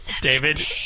David